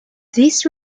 this